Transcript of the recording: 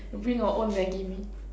bring your own Maggie Mee